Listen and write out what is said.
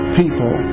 people